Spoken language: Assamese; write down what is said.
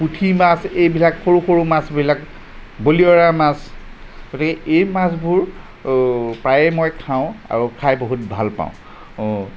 পুঠি মাছ এইবিলাক সৰু সৰু মাছবিলাক বৰিয়লা মাছ গতিকে এই মাছবোৰ প্ৰায়ে মই খাওঁ আৰু খাই বহুত ভাল পাওঁ